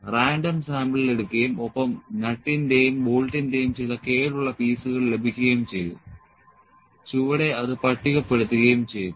random sample എടുക്കുകയും ഒപ്പം നട്ടിന്റെയും ബോൾട്ടിന്റെയും ചില കേടുള്ള പീസുകൾ ലഭിക്കുകയും ചെയ്തു ചുവടെ അത് പട്ടികപ്പെടുത്തുകയും ചെയ്തു